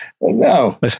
No